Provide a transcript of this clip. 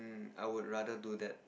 I would rather do that